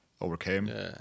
overcame